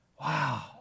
Wow